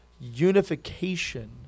unification